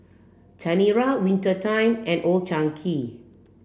Chanira Winter Time and Old Chang Kee